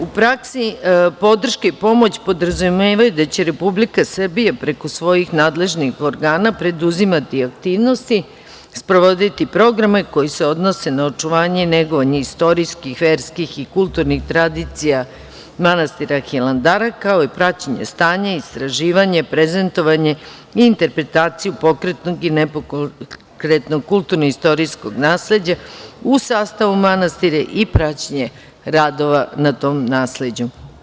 U praksi podrške i pomoć podrazumevaju da će Republika Srbija preko svojih nadležnih organa preduzimati aktivnosti, sprovoditi programe koje se odnose na očuvanje i negovanje istorijskih, verskih i kulturnih tradicija manastira Hilandara, kao i praćenje stanja i istraživanje, prezentovanje i interpretaciju pokretnog i nepokretnog kulturno i istorijskog nasleđa, u sastavu manastira i praćenje radova na tom nasleđu.